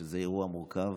כי זה אירוע מורכב.